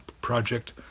project